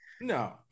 No